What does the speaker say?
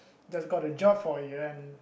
just got a job for a year and